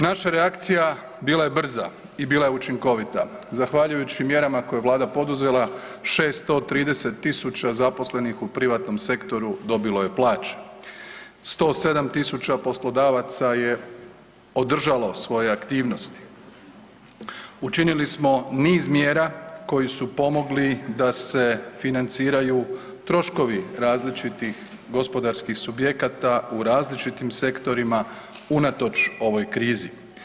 Naša reakcija bila je brza i bila je učinkovita zahvaljujući mjerama koje je vlada poduzela 630 000 zaposlenih u privatnom sektoru dobilo je plaće, 107 000 poslodavaca je održalo svoje aktivnosti, učinili smo niz mjera koji su pomogli da se financiraju troškovi različitih gospodarskih subjekata u različitim sektorima unatoč ovoj krizi.